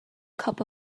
cup